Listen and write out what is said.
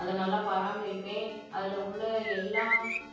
அதை நல்லா பராமரிப்பேன் அதில் உள்ள எல்லா